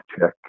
check